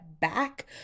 Back